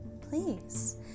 please